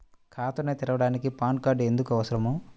ఖాతాను తెరవడానికి PAN card ఎందుకు అవసరము?